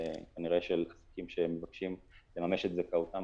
כנראה של עסקים שמבקשים לממש את זכאותם,